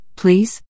please